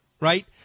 right